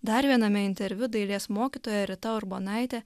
dar viename interviu dailės mokytoja rita urbonaitė